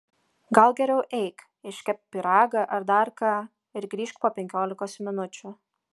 gal geriau eik iškepk pyragą ar dar ką ir grįžk po penkiolikos minučių